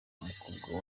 umukobwa